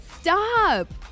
Stop